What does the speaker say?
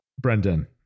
Brendan